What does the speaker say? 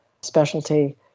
specialty